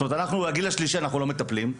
זאת אומרת, אנחנו לא מטפלים בגיל השלישי.